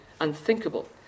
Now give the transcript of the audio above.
unthinkable